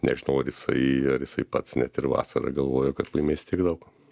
nežinau ar jisai ar jisai pats net ir vasarą galvojo kad laimės tiek daug